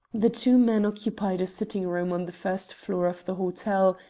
the two men occupied a sitting-room on the first floor of the hotel,